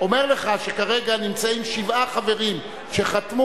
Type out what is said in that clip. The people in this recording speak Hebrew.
אומר לך שכרגע נמצאים שבעה חברים שחתמו